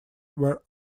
were